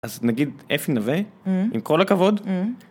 אז נגיד איפה נווה, עם כל הכבוד.